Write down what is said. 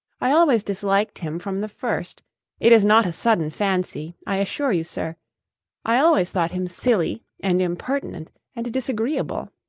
i always disliked him from the first it is not a sudden fancy, i assure you, sir i always thought him silly and impertinent and disagreeable,